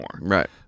Right